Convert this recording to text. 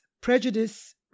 prejudice